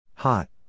Hot